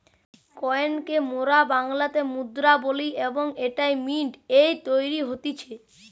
coin কে মোরা বাংলাতে মুদ্রা বলি এবং এইটা মিন্ট এ তৈরী হতিছে